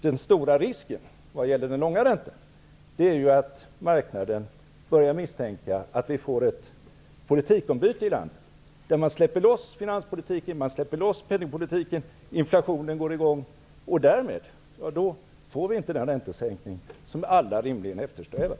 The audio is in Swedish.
Den stora risken vad gäller den långa räntan är att marknaden börjar misstänka att vi får ett politikombyte i landet, där man släpper loss finanspolitiken, man släpper loss penningpolitiken och inflationen stiger. Därmed får vi inte den räntesänkning som vi alla rimligen eftersträvar.